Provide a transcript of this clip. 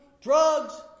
Drugs